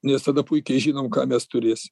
nes tada puikiai žinom ką mes turėsim